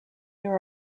there